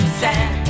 sad